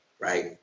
Right